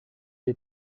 est